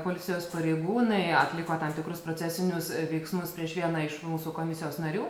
policijos pareigūnai atliko tam tikrus procesinius veiksmus prieš vieną iš mūsų komisijos narių